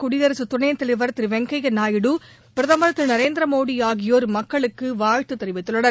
குடியரசுத் துணைத்தலைவர் திரு வெங்கைய்யா நாயுடு பிரதமர் திரு நரேந்திரமோடி ஆகியோர் மக்களுக்கு வாழ்த்து தெரிவித்துள்ளனர்